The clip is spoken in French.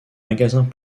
magasins